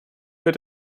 wird